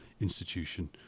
institution